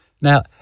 Now